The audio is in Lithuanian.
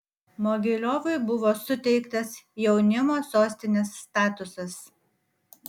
mogiliovui buvo suteiktas jaunimo sostinės statusas